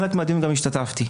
בחלק מהדיון גם השתתפתי.